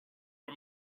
for